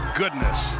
goodness